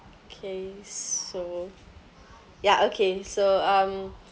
okay so ya okay so um